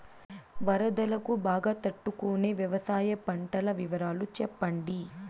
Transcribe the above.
వరదలకు బాగా తట్టు కొనే వ్యవసాయ పంటల వివరాలు చెప్పండి?